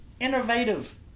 Innovative